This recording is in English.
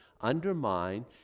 undermine